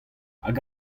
hag